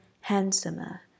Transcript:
handsomer